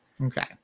Okay